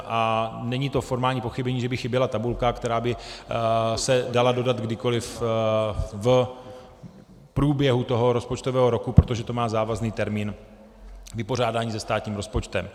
A není to formální pochybení, že by chyběla tabulka, která by se dala dodat kdykoli v průběhu toho rozpočtového roku, protože to má závazný termín vypořádání se státním rozpočtem.